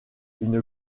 une